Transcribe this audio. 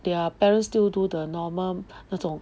their parents still do the normal 那种